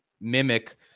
mimic